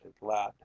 lad